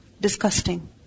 Disgusting